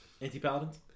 Anti-paladins